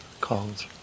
calls